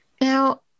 Now